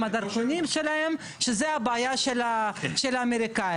הדרכונים שלהם שזה הבעיה של האמריקאיים.